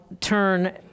turn